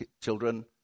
children